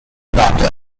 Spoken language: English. daughter